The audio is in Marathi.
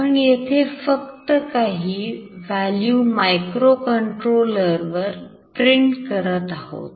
आपण येथे फक्त काही व्हॅल्यू मायक्रो कंट्रोलर वर प्रिंट करत आहोत